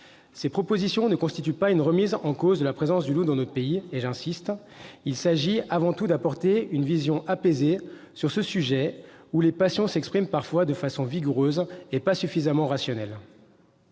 Ces propositions ne constituent pas une remise en cause de la présence du loup dans notre pays. J'insiste : il s'agit avant tout d'apporter une vision apaisée sur ce sujet, où les passions s'expriment parfois de façon vigoureuse et pas suffisamment rationnelle.